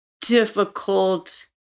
difficult